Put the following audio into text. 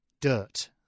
Dirt